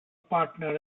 partner